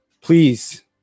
please